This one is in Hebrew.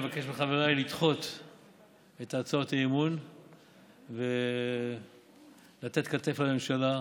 אני מבקש מחבריי לדחות את הצעות האי-אמון ולתת כתף לממשלה.